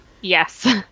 Yes